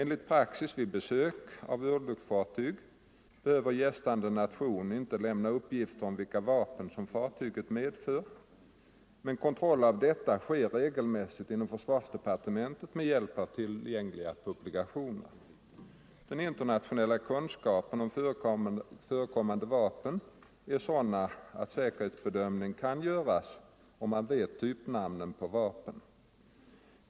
Enligt praxis vid besök av örlogsfartyg behöver gästande nation inte lämna uppgift om vilka vapen fartyget medför men kontroll av detta sker regelmässigt inom försvarsdepartementet med hjälp av tillgängliga publikationer. Den internationella kunskapen om förekommande vapen är sådan att säkerhetsbedömning kan göras om man vet typnamn på vapnen.